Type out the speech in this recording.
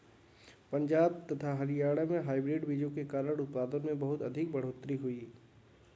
पंजाब तथा हरियाणा में हाइब्रिड बीजों के कारण उत्पादन में बहुत अधिक बढ़ोतरी हुई